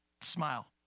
smile